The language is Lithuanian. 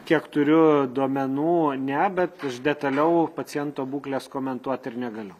kiek turiu duomenų ne bet aš detaliau paciento būklės komentuot ir negaliu